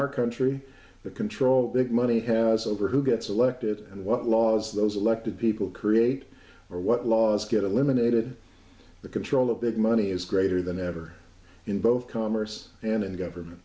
our country the control that money has over who gets elected and what laws those elected people create or what laws get eliminated the control of big money is greater than ever in both commerce and in government